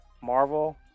marvel